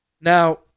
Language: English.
Now